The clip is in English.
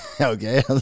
Okay